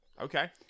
Okay